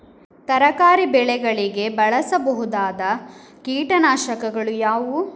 ತರಕಾರಿ ಬೆಳೆಗಳಿಗೆ ಬಳಸಬಹುದಾದ ಕೀಟನಾಶಕಗಳು ಯಾವುವು?